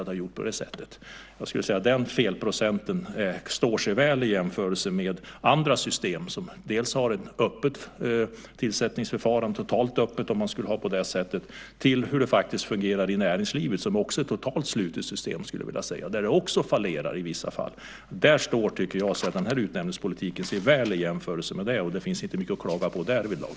Den felprocenten står sig väl, skulle jag vilja säga, i jämförelse med andra system, som när man har ett totalt öppet tillsättningsförfarande eller hur det faktiskt fungerar i näringslivet. Det är också ett totalt slutet system, skulle jag vilja säga, där det också fallerar i vissa fall. Den här utnämningspolitiken står sig väl, tycker jag, i jämförelse med det. Det finns inte mycket att klaga på därvidlag.